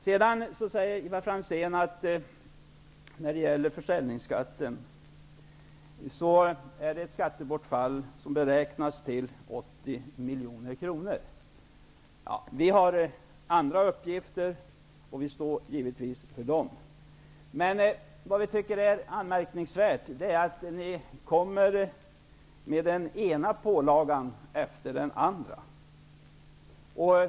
Ivar Franzén säger vidare att bortfallet av försäljningsskatt beräknas till 80 miljoner kronor. Vi har andra uppgifter, och vi står givetvis för dem. Vad vi tycker är anmärkningsvärt är att ni kommer med den ena pålagan efter den andra.